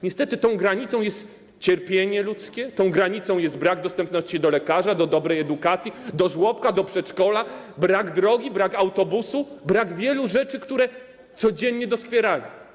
Niestety tą granicą jest cierpienie ludzkie, tą granicą jest brak dostępności do lekarza, do dobrej edukacji, do żłobka, do przedszkola, brak drogi, brak autobusu, brak wielu rzeczy, które codziennie doskwierają.